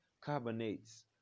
carbonates